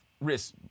risk